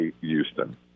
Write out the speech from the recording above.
Houston